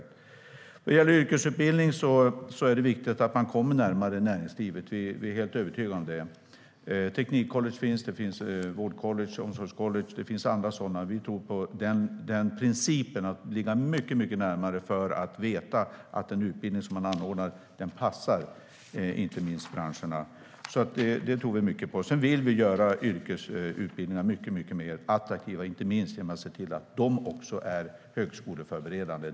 När det gäller yrkesutbildning är vi övertygade om att det är viktigt att komma närmare näringslivet. Det finns teknikcollege, vård och omsorgscollege med mera. Vi tror på principen att ligga mycket närmare för att veta att den utbildning som anordnas passar branscherna. Vi vill göra yrkesutbildningarna mycket mer attraktiva, inte minst genom att se till att också de är högskoleförberedande.